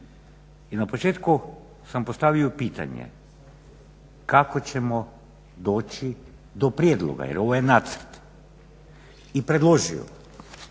i na početku sam postavio pitanje, kako ćemo doći do prijedloga jer ovo je nacrt. I predložio